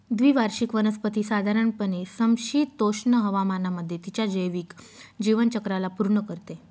द्विवार्षिक वनस्पती साधारणपणे समशीतोष्ण हवामानामध्ये तिच्या जैविक जीवनचक्राला पूर्ण करते